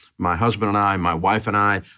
my husband and i, my wife and i,